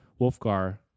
Wolfgar